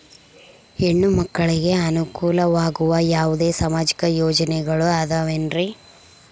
ಹೆಣ್ಣು ಮಕ್ಕಳಿಗೆ ಅನುಕೂಲವಾಗುವ ಯಾವುದೇ ಸಾಮಾಜಿಕ ಯೋಜನೆಗಳು ಅದವೇನ್ರಿ?